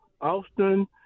Austin